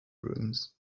rooms